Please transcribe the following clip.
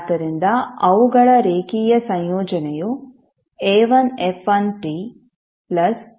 ಆದ್ದರಿಂದ ಅವುಗಳ ರೇಖೀಯ ಸಂಯೋಜನೆಯು a1f1ta2f2t ನಂತೆ ಇರುತ್ತದೆ